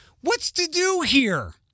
what's-to-do-here